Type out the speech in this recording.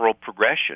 progression